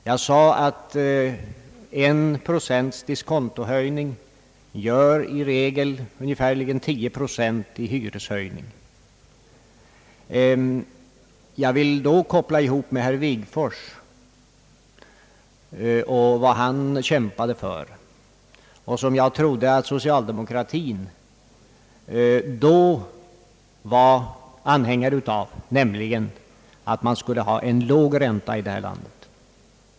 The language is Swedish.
Jag sade att en procents diskontohöjning i regel gör ungefär 10 procent i hyreshöjning. Jag vill då koppla ihop detta med herr Wigforss och vad han kämpade för, eftersom jag tror att socialdemokratin då var anhängare av att man skulle ha en låg ränta i detta land.